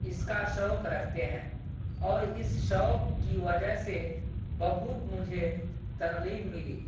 اس کا شوق رکھتے ہیں اور اس شوق کی وجہ سے بہت مجھے ترغیب ملی